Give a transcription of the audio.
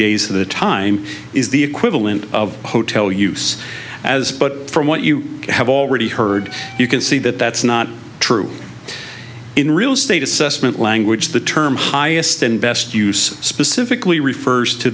days of the time is the equivalent of a hotel use as but from what you have already heard you can see that that's not true in real estate assessment language the term highest and best use specifically refers to